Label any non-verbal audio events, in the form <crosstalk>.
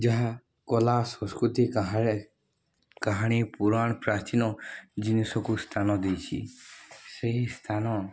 ଯାହା କଳା ସଂସ୍କୃତି <unintelligible> କାହାଣୀ ପୁରାଣ ପ୍ରାଚୀନ ଜିନିଷକୁ ସ୍ଥାନ ଦେଇଛି ସେହି ସ୍ଥାନ